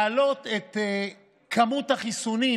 להעלות את כמות החיסונים,